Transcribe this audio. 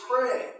pray